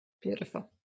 Beautiful